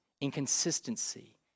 inconsistency